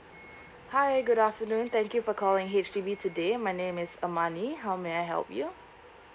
hi good afternoon thank you for calling H_D_B today my name is temani how may I help you